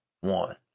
one